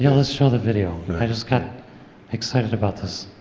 yeah let's show the video. i just got excited about this.